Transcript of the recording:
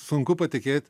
sunku patikėt